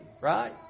right